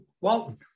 Walton